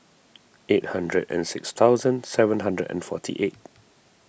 eight hundred and six thousand seven hundred and forty eight